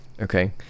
Okay